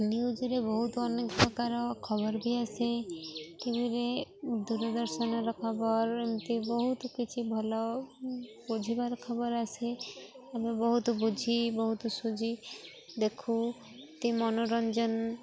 ନ୍ୟୁଜ୍ରେ ବହୁତ ଅନେକ ପ୍ରକାର ଖବର ବି ଆସେ ଟିଭିରେ ଦୂରଦର୍ଶନର ଖବର ଏମିତି ବହୁତ କିଛି ଭଲ ବୁଝିବାର ଖବର ଆସେ ଆମେ ବହୁତ ବୁଝି ବହୁତ ଶୁଝି ଦେଖୁ ତି ମନୋରଞ୍ଜନ